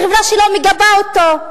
החברה שלו מגבה אותו.